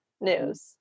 news